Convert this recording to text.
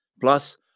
plus